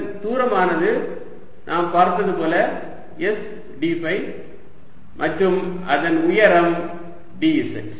இதன் தூரமானது நாம் பார்த்தது போல s dஃபை மற்றும் அதன் உயரம் dz